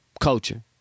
culture